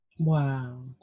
Wow